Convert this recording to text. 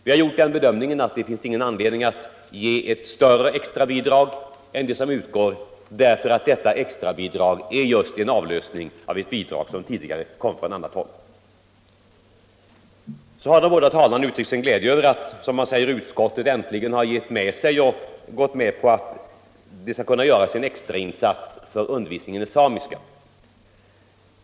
Vi har gjort den bedömningen att det inte finns anledning att ge ett större extrabidrag än det som utgår därför att detta bidrag är just en avlösning av ett bidrag som tidigare kom från annat håll. Båda talarna uttryckte sin glädje över att utskottet, som de sade, äntligen har givit med sig och gått med på att det skall kunna göras en ökad insats för undervisningen i samiska.